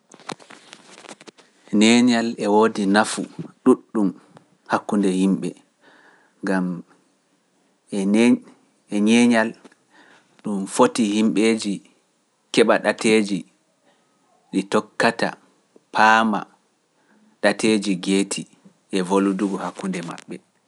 Neñal e woodi nafu ɗuuɗɗum hakkunde yimɓe, ngam e ñeeñal ɗum foti yimɓeeji keɓa ɗateeji ɗi tokkata paama ɗateeji geeti e voludugu hakkunde maɓɓe.